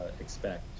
expect